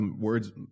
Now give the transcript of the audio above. words